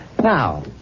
Now